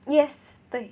yes 对